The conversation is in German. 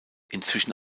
inzwischen